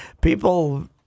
people